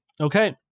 Okay